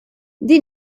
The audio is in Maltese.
dik